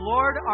Lord